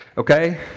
Okay